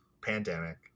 pandemic